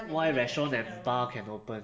then why why restaurant and bar can open